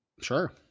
Sure